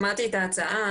שמעתי את ההצעה,